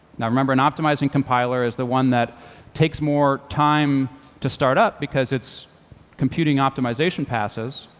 now remember, an optimizing compiler is the one that takes more time to start up because it's computing optimization passes,